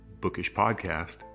bookishpodcast